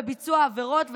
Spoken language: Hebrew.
בביצוע עבירות,